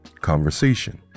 conversation